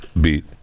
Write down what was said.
beat